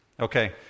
Okay